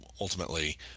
ultimately